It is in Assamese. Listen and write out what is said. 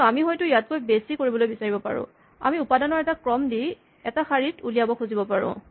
কিন্তু আমি হয়তু ইয়াতকৈ বেছি কৰিবলৈ বিচাৰিব পাৰোঁ আমি উপাদানৰ এটা ক্ৰম দি এটা শাৰীত ওলিয়াব খুজিব পাৰোঁ